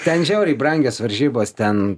ten žiauriai brangios varžybas ten